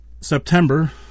September